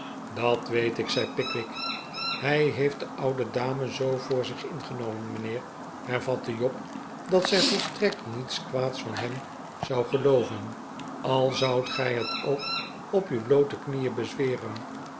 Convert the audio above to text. dat weet ik zei pickwick hij heeft de oude dame zoo voor zich ingenomen mijnheer hervatte job dat zij volstrekt niets kwaads van hem zou gelooven al zoudt gij het ook op uw bloote knieen bezweren